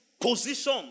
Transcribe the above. position